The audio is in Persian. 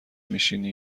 میشینی